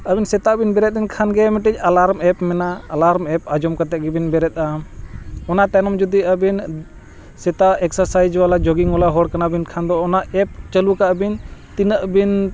ᱟᱹᱵᱤᱱ ᱥᱮᱛᱟᱜ ᱵᱤᱱ ᱵᱮᱨᱮᱫ ᱞᱮᱱᱠᱷᱟᱱ ᱜᱮ ᱢᱤᱫᱴᱤᱡ ᱮᱞᱟᱨᱢ ᱮᱯ ᱢᱮᱱᱟᱜᱼᱟ ᱮᱞᱟᱨᱢ ᱮᱯ ᱟᱸᱡᱚᱢ ᱠᱟᱛᱮ ᱜᱮᱵᱤᱱ ᱵᱮᱨᱮᱫᱼᱟ ᱚᱱᱟ ᱛᱟᱭᱱᱚᱢ ᱡᱩᱫᱤ ᱟᱵᱤᱱ ᱥᱮᱛᱟᱜ ᱮᱠᱥᱟᱨᱥᱟᱭᱤᱡᱽ ᱡᱚᱜᱤᱝ ᱦᱚᱲ ᱠᱟᱱᱟᱵᱤᱱ ᱮᱱᱠᱷᱟᱱ ᱫᱚ ᱚᱱᱟ ᱮᱯ ᱪᱟᱹᱞᱩ ᱠᱟᱜ ᱟᱹᱵᱤᱱ ᱛᱤᱱᱟᱹᱜ ᱵᱤᱱ